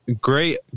great